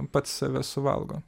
pats save suvalgo